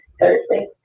Thursday